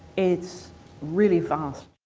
it's really vast.